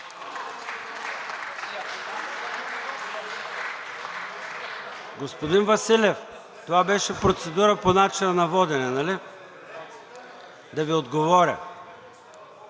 Господин Василев, това беше процедура по начина на водене, нали? Да Ви отговоря.